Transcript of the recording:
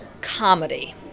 comedy